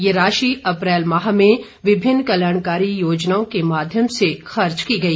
यह राशि अप्रैल माह में विभिन्न कल्याणकारी योजनाओं के माध्यम से खर्च की गई